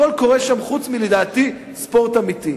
הכול קורה שם, לדעתי, חוץ מספורט אמיתי,